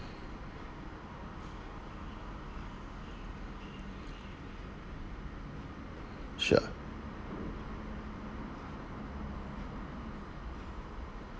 sure